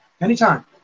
anytime